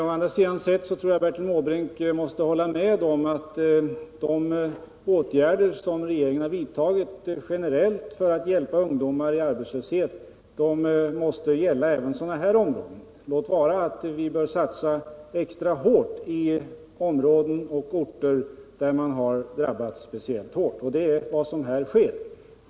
Å andra sidan tror jag att Bertil Måbrink måste hålla med om att de åtgärder som regeringen har vidtagit generellt för att hjälpa arbetslösa ungdomar måste gälla även sådana här områden -— låt vara att vi bör satsa extra hårt på områden och orter som speciellt har drabbats. Det är vad som här sker.